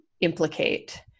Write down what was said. implicate